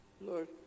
Lord